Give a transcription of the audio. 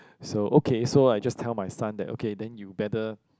so okay so I just tell my son that okay then you better